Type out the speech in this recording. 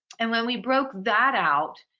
and when we broke that out,